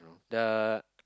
the